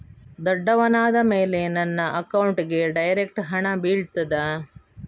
ದೊಡ್ಡವನಾದ ಮೇಲೆ ನನ್ನ ಅಕೌಂಟ್ಗೆ ಡೈರೆಕ್ಟ್ ಹಣ ಬೀಳ್ತದಾ?